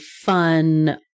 fun